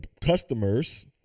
customers